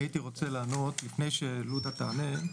לפני שלודה תענה,